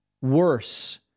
worse